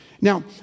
Now